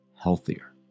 healthier